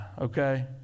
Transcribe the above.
okay